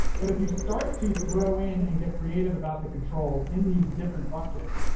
but if you start to throw in and get creative about the controls in these different buckets,